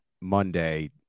Monday